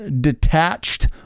detached